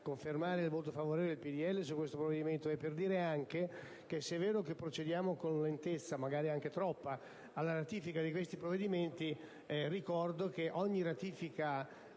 confermare il voto favorevole del Gruppo del PdL su questo provvedimento e anche per ricordare che, se è vero che procediamo con lentezza, magari anche troppa, alla ratifica di questi provvedimenti, ogni ratifica